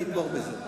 אני אתמוך בזה.